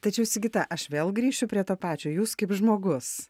tačiau sigita aš vėl grįšiu prie to pačio jūs kaip žmogus